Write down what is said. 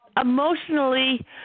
Emotionally